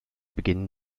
beginnen